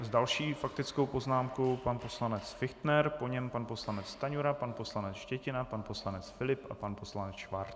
S další faktickou poznámkou pan poslanec Fichtner, po něm pan poslanec Stanjura, pan poslanec Štětina, pan poslanec Filip a pan poslanec Schwarz.